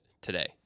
today